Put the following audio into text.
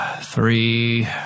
three